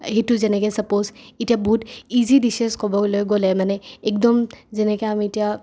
এইটো যেনেকৈ ছাপ'জ এতিয়া বহুত ইজি ডিছেছ ক'বলৈ গ'লে মানে একদম যেনেকুৱা আমি এতিয়া